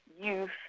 youth